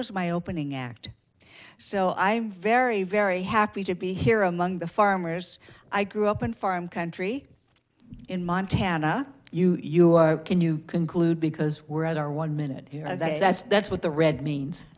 was my opening act so i'm very very happy to be here among the farmers i grew up in farm country in montana you can you conclude because we're at our one minute here and that's what the red means